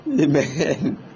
Amen